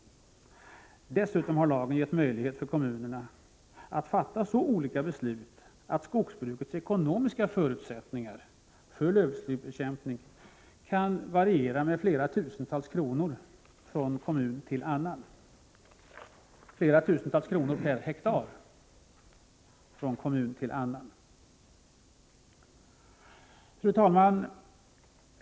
Dessutom har lagen gett kommunerna möjlighet att fatta så olika beslut att skogsbrukens ekonomiska förutsättningar för lövslybekämpning kan variera med tusentals kronor per hektar från en kommun till en annan. Fru talman!